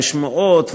ושמועות,